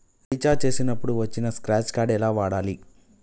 Recharge చేసినప్పుడు వచ్చిన scratch card ఎలా వాడాలి?